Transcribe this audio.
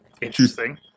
interesting